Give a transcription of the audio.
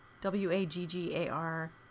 W-A-G-G-A-R